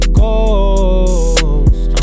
ghost